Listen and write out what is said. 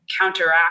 counteract